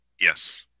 yes